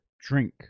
drink